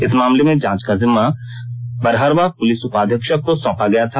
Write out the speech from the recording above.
इस मामले में जांच का जिम्मा बरहरवा पुलिस उपाधीक्षक को सौपा गया था